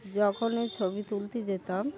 যখনই ছবি তুলতে যেতাম